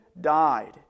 died